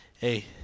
Hey